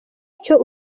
icyo